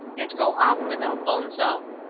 and go off with elfonzo.